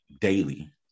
Daily